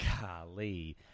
Golly